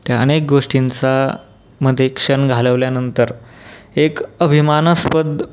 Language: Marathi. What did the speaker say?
त्या अनेक गोष्टींचामध्ये क्षण घालवल्यानंतर एक अभिमानास्पद